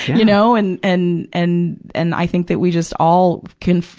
you know, and, and, and, and i think that we just all can,